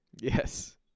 Yes